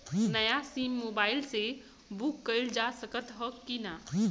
नया SIM mobile से book कइलजा सकत ह कि ना?